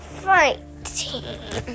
fighting